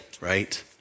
right